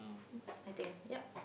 um I think yup